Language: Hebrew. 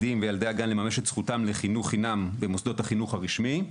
הגן לממש את זכותם לחינוך חינם במוסדות החינוך הרשמיים,